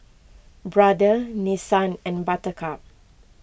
Brother Nissan and Buttercup